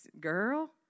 girl